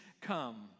come